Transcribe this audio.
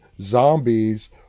zombies